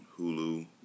Hulu